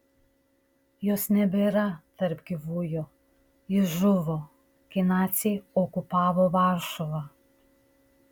jos nebėra tarp gyvųjų ji žuvo kai naciai okupavo varšuvą